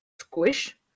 squish